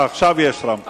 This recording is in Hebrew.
עכשיו יש רמקול.